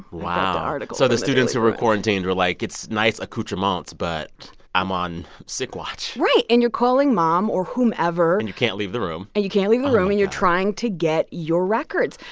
wow. so the students who were quarantined were like, it's nice accoutrements, but i'm on sick watch right. and you're calling mom or whomever and you can't leave the room and you can't leave the room, and you're trying to get your records.